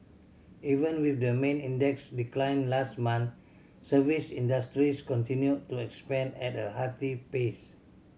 even with the main index decline last month service industries continued to expand at a hearty pace